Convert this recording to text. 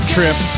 Trip